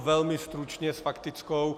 Velmi stručně s faktickou.